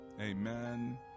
Amen